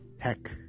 Heck